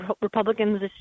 Republicans